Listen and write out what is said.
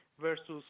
versus